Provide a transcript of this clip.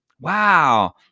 Wow